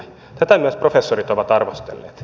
tätä myös professorit ovat arvostelleet